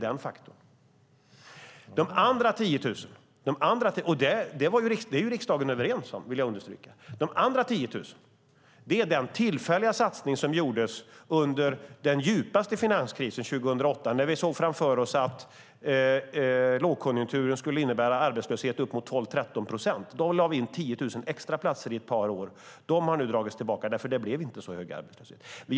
Jag vill understryka att riksdagen är överens om det. De andra 10 000 platserna är den tillfälliga satsning som gjordes under den djupaste finanskrisen 2008 när vi såg framför oss att lågkonjunkturen skulle innebära en arbetslöshet på uppemot 12-13 procent. Då tillförde vi 10 000 extra platser under ett par år. De har nu dragits tillbaka eftersom det inte blev en så hög arbetslöshet.